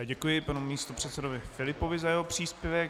Děkuji panu místopředsedovi Filipovi za jeho příspěvek.